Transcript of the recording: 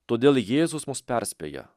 todėl jėzus mus perspėja